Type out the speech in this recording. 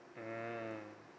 mmhmm